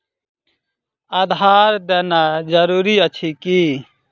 आधार देनाय जरूरी अछि की?